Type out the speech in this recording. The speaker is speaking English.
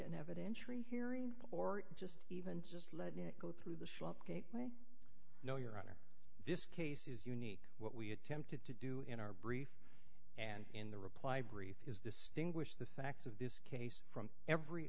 an evidentiary hearing or just even just let it go through the shop date me no your honor this case is unique what we attempted to do in our brief and in the reply brief is distinguish the facts of this case from every